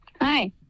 Hi